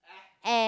air